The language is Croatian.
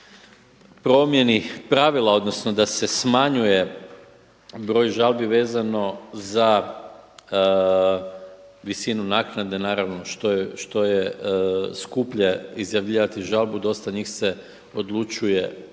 promjeni pravila, odnosno da se smanjuje broj žalbi vezano za visinu naknade naravno što je skuplje izjavljivati žalbu. Dosta njih se odlučuje i uopće